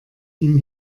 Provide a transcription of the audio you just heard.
ihm